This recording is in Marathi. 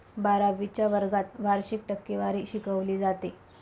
बारावीच्या वर्गात वार्षिक टक्केवारी शिकवली जाते